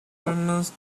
grammars